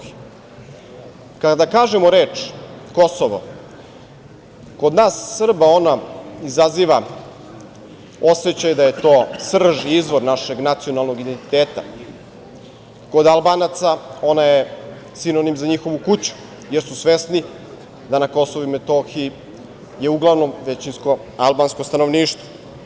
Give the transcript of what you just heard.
Kada kažemo reč - Kosovo, kod nas Srba ona izaziva osećaj da je to srž i izvor našeg nacionalnog identiteta, kod Albanaca ona je sinonim za njihovu kuću, jer su svesni da na KiM je uglavnom većinsko albansko stanovništvo.